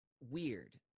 weird